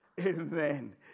Amen